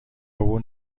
عبور